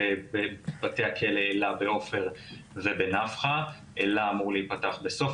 בבתי הכלא אלה ועופר ובנפחא, אלה אמור להיפתח בסוף